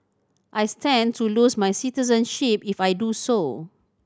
I stand to lose my citizenship if I do so